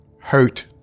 hurt